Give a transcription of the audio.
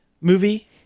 movie